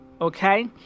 Okay